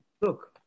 look